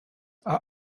are